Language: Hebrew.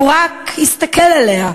הוא רק הסתכל עליה,